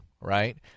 right